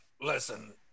listen